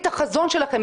את החזון שלכם,